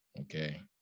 Okay